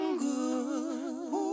good